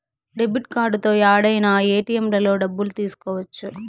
debit కార్డుతో యాడైనా ఏటిఎంలలో డబ్బులు తీసుకోవచ్చు